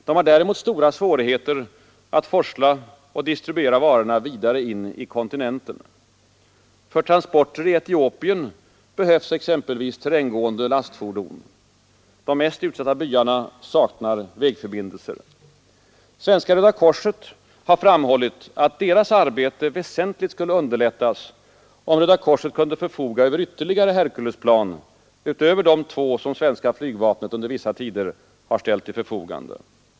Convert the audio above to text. De har däremot stora svårigheter att forsla och distribuera varorna vidare in i kontinenten. För transporter i Etiopien behövs exempelvis terränggående lastfordon. De mest utsatta byarna saknar vägförbindelser. Svenska röda korset har framhållit, att dess arbete väsentligt skulle underlättas, om Röda korset kunde förfoga över ytterligare Herkulesplan utöver de två som svenska flygvapnet under vissa tider har ställt till förfogande.